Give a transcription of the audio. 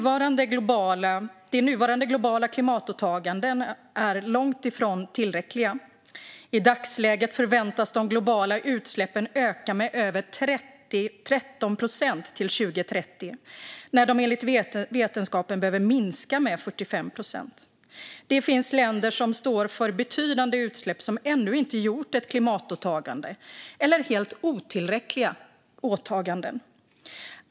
De nuvarande globala klimatåtagandena är långt ifrån tillräckliga. I dagsläget förväntas de globala utsläppen öka med över 13 procent till 2030 när de enligt vetenskapen behöver minska med 45 procent. Det finns länder som står för betydande utsläpp som ännu inte gjort ett klimatåtagande eller helt otillräckliga åtaganden.